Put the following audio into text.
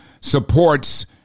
supports